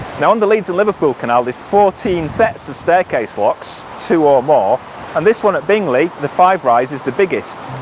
now on the leeds and liverpool canal this fourteen sets of staircase lock so two or more and this one at bingley the five rise is the biggest